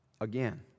again